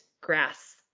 grass